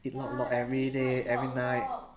eat lok lok everyday every night